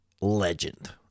legend